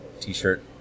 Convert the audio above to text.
t-shirt